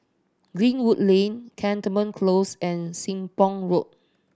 Greenwood Lane Cantonment Close and Sembong Road